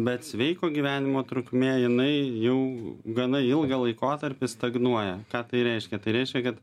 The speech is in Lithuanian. bet sveiko gyvenimo trukmė jinai jau gana ilgą laikotarpį stagnuoja ką tai reiškia tai reiškia kad